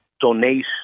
donate